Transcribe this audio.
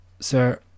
Sir